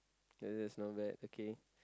this is not bad okay